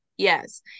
Yes